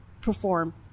perform